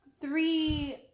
three